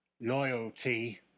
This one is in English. loyalty